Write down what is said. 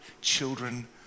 children